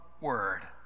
word